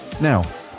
now